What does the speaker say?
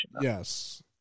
Yes